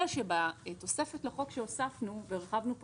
אלא שבתוספת לחוק שהוספנו והרחבנו את